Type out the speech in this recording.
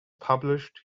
published